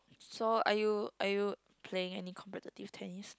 so are you are you playing any competitive tennis